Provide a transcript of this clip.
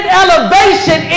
elevation